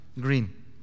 green